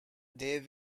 they